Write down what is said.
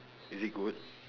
is it good